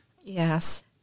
Yes